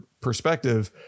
perspective